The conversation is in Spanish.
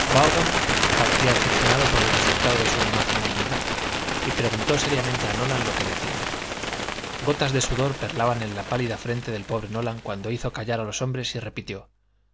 parecía decepcionado por el resultado de su magnanimidad y preguntó seriamente a nolan lo que decían gotas de sudor perlaban en la pálida frente del pobre nolan cuando hizo callar a los hombres y repitió